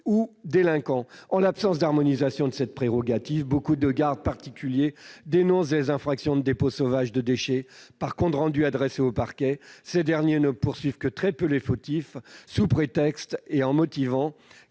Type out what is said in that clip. ou délinquants. En l'absence d'harmonisation de cette prérogative, nombre de gardes particuliers dénoncent les infractions de dépôts sauvages de déchets par compte rendu adressé aux parquets. Ces derniers ne poursuivent que très peu les fautifs, sous prétexte qu'un compte